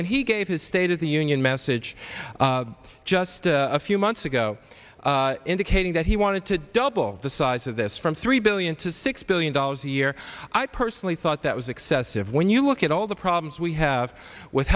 when he gave his state of the union message just a few months ago indicating that he wanted to double the size of this from three billion to six billion dollars a year i personally thought that was excessive when you look at all the problems we have with